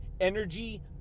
energy